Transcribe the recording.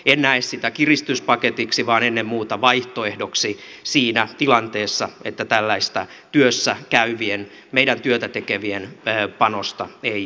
en näe sitä kiristyspaketiksi vaan ennen muuta vaihtoehdoksi siinä tilanteessa että tällaista työssä käyvien meidän työtä tekevien panosta ei löydy